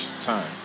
time